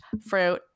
fruit